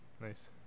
Nice